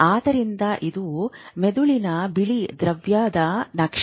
ಆದ್ದರಿಂದ ಇದು ಮೆದುಳಿನ ಬಿಳಿ ದ್ರವ್ಯದ ನಕ್ಷೆ